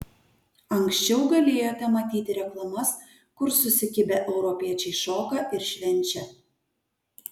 anksčiau galėjote matyti reklamas kur susikibę europiečiai šoka ir švenčia